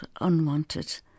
unwanted